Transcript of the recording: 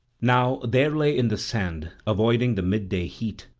now there lay in the sand, avoiding the midday heat,